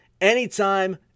anytime